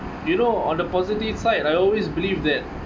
do you know on the positive side I always believe that